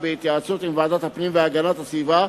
בהתייעצות עם ועדת הפנים והגנת הסביבה,